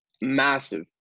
massive